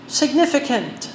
significant